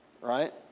right